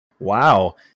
Wow